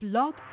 Blog